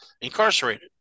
incarcerated